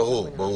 ברור.